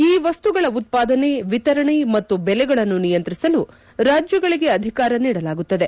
ಈ ವಸ್ತುಗಳ ಉತ್ಪಾದನೆ ವಿತರಣೆ ಮತ್ತು ಬೆಲೆಗಳನ್ನು ನಿಯಂತ್ರಿಸಲು ರಾಜ್ಲಗಳಿಗೆ ಅಧಿಕಾರ ನೀಡಲಾಗುತ್ತದೆ